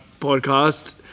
podcast